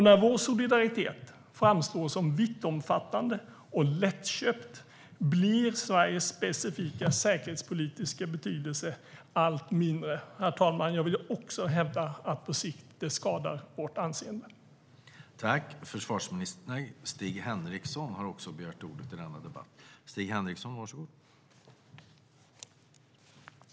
När vår solidaritet framstår som vittomfattande och lättköpt blir Sveriges specifika säkerhetspolitiska betydelse allt mindre. Jag vill också hävda att det på sikt skadar vårt anseende, herr talman.